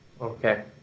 Okay